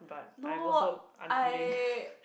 no I